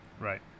Right